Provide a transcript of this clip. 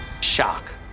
shock